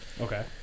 okay